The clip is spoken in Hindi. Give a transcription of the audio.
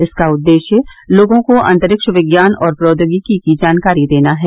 इसका उद्देश्य लोगों को अंतरिक्ष विज्ञान और प्रौद्योगिकी की जानकारी देना है